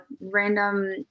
random